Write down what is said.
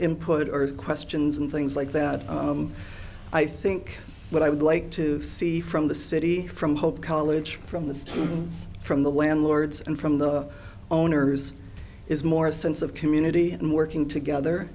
input or questions and things like that i think what i would like to see from the city from hope college from the from the landlords and from the owners is more a sense of community and working together